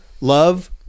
Love